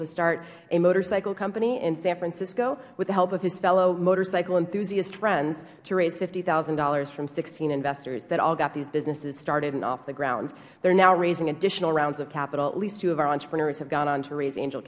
to start a motorcycle company in san francisco with the help of his fellow motorcycle enthusiast friends to raise fifty thousand dollars from sixteen investors that all got these businesses started and off the ground they are now raising additional rounds of capital at least two of our entrepreneurs have gone on to raise a